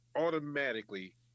automatically